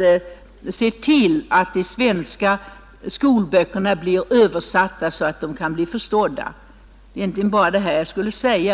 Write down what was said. nämnden till att de svenska skolböckerna blir översatta så att de kan bli förstådda? Det var egentligen bara detta jag ville säga.